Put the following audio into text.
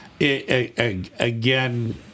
again